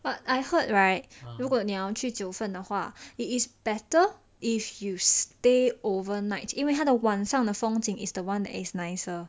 but I heard right 如果你要去九分的话 it is better if you stay overnight 因为它的晚上的风景 is the one is nicer